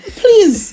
please